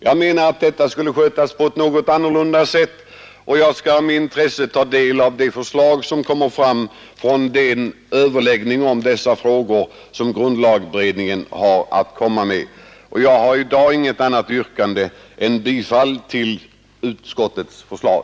Jag menar att det skulle skötas på ett något annorlunda sätt, och jag skall med intresse ta del av grundlagberedningens förslag rörande dessa frågor. Jag har i dag inget annat yrkande än om bifall till utskottets hemställan.